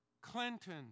Clinton